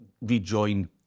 rejoin